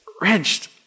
wrenched